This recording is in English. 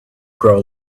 grow